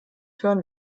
hören